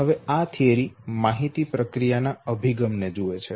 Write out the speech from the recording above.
હવે આ સિદ્ધાંત માહિતી પ્રક્રિયાના અભિગમને જુએ છે